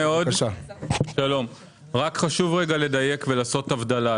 רק חשוב רגע לדייק ולעשות הבדלה.